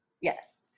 Yes